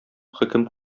хөкем